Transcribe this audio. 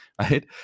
Right